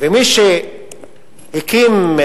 ומי שקיים,